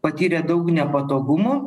patyrė daug nepatogumų